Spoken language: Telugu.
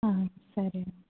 సరే